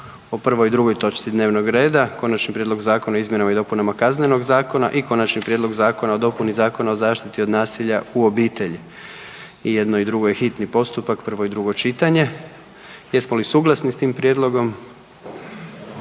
o prvoj i drugoj točci dnevnog reda, Konačni prijedlog zakona o izmjenama i dopunama Kaznenog zakona i Konačni prijedlog zakona o dopuni Zakona o zaštiti od nasilja u obitelji. I jedno i drugo je hitni postupak, prvo i drugo čitanje. Jesmo li suglasni s tim prijedlogom?